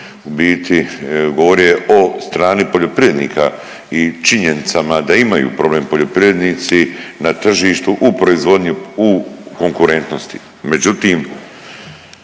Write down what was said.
u biti govorio i strani poljoprivrednika i činjenicama da imaju problem poljoprivrednici na tržištu u proizvodnji u konkurentnosti.